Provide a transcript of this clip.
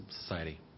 society